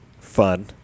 fun